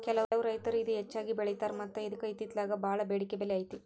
ಕೆಲವು ರೈತರು ಇದ ಹೆಚ್ಚಾಗಿ ಬೆಳಿತಾರ ಮತ್ತ ಇದ್ಕ ಇತ್ತಿತ್ತಲಾಗ ಬಾಳ ಬೆಡಿಕೆ ಬೆಲೆ ಐತಿ